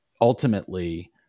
ultimately